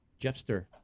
jeffster